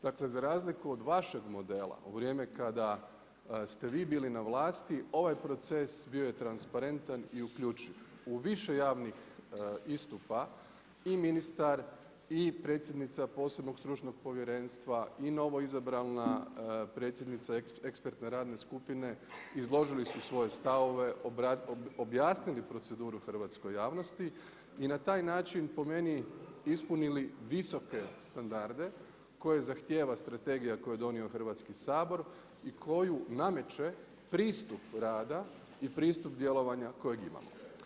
Dakle za razliku od vašeg modela u vrijeme kada ste vi bili na vlasti ovaj proces bio je transparentan i uključiv u više javnih istupa i ministar i predsjednica posebnog stručnog povjerenstva i novoizabrana predsjednica ekspertne radne skupine izložili su svoje stavove, objasnili proceduru hrvatskoj javnosti i na taj način po meni ispunili visoke standarde koje zahtjeva strategija koju je donio Hrvatski sabor i koju nameće pristup rada i pristup djelovanja kojeg imamo.